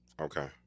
Okay